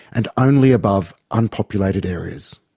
and only above unpopulated areas.